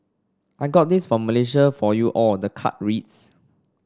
I got this for Malaysia for you all the card reads